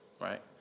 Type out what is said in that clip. right